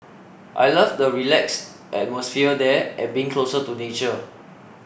I love the relaxed atmosphere there and being closer to nature